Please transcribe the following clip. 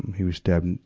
he was stabbed,